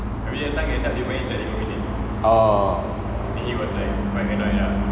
orh